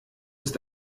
ist